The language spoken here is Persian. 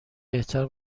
بهتر